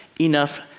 enough